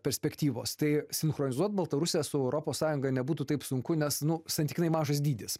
perspektyvos tai sinchronizuot baltarusiją su europos sąjunga nebūtų taip sunku nes nu santykinai mažas dydis